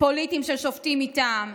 פוליטיים של שופטים מטעם,